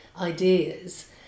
ideas